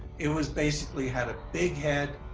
it was basically had a big head,